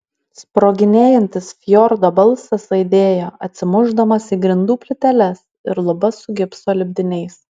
sproginėjantis fjordo balsas aidėjo atsimušdamas į grindų plyteles ir lubas su gipso lipdiniais